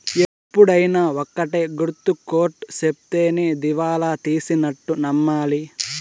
ఎప్పుడైనా ఒక్కటే గుర్తు కోర్ట్ సెప్తేనే దివాళా తీసినట్టు నమ్మాలి